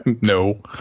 No